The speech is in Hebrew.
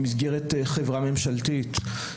במסגרת חברה ממשלתית.